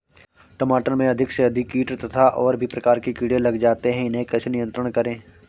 टमाटर में अधिक से अधिक कीट तथा और भी प्रकार के कीड़े लग जाते हैं इन्हें कैसे नियंत्रण करें?